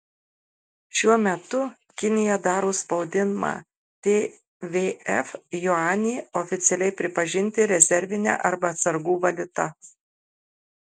šiuo metu kinija daro spaudimą tvf juanį oficialiai pripažinti rezervine arba atsargų valiuta